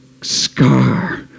scar